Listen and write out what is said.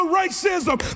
racism